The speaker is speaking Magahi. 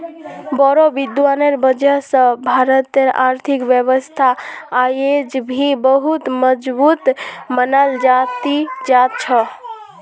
बोड़ो विद्वानेर वजह स भारतेर आर्थिक व्यवस्था अयेज भी बहुत मजबूत मनाल जा ती जा छ